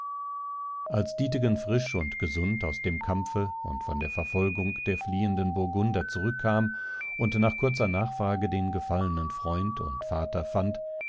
als dietegen frisch und gesund aus dem kampfe und von der verfolgung der fliehenden burgunder zurückkam und nach kurzer nachfrage den gefallenen freund und vater fand